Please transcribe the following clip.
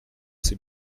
c’est